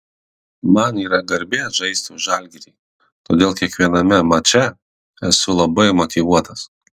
man yra garbė žaisti už žalgirį todėl kiekviename mače esu labai motyvuotas